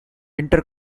inter